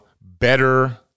better